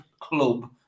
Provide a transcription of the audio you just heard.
club